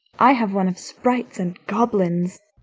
i have one of sprites and goblins.